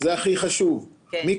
הרי לא ירדו ויישאו אותו על כפיים.